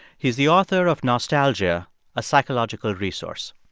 he's the author of nostalgia a psychological resource.